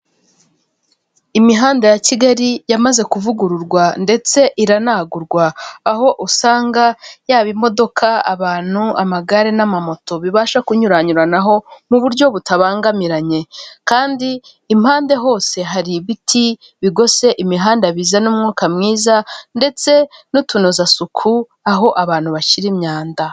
Imihanda ya Kigali yamaze kuvugururwa ndetse iranagurwa aho usanga yaba imodoka, abantu, amagare n'amamoto bibasha kunyuranyuranaho mu buryo butabangamiranye kandi impande hose hari ibiti bigose imihanda bizana umwuka mwiza ndetse n'utunozasuku aho abantu bashyira imyanda.